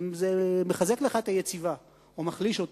זה מחזק את היציבה או מחליש אותה,